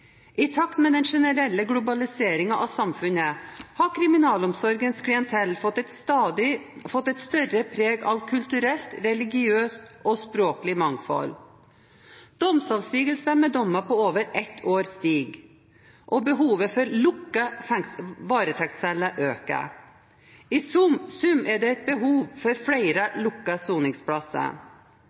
I takt med den generelle globaliseringen av samfunnet har kriminalomsorgens klientell fått et større preg av kulturelt, religiøst og språklig mangfold. Antallet domsavsigelser med dommer på over ett år stiger, og behovet for lukkede varetektsceller øker. I sum er det et behov for flere lukkede soningsplasser.